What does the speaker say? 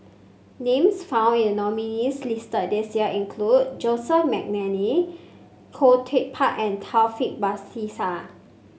names found in the nominees' list this year include Joseph McNally Khoo Teck Puat and Taufik Batisah